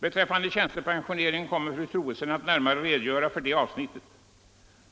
Beträffande tjänstepensioneringen kommer fru Troedsson att närmare redogöra för det avsnittet.